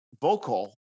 vocal